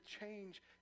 change